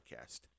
podcast